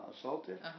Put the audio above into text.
assaulted